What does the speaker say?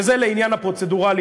וזה לעניין הפרוצדורלי,